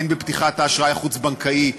הן פתיחת האשראי החוץ-בנקאי,